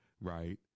Right